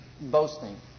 boasting